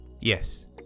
Yes